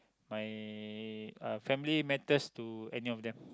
my uh family matters to any of them